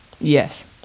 Yes